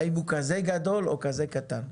האם הוא כזה גדול או כזה קטן.